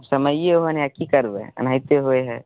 अब समये ओहेन हय की करबै एनाहिते होइ हय